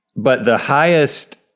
but the highest,